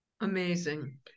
Amazing